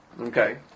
Okay